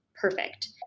Perfect